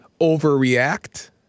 overreact